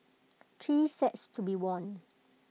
three sets to be won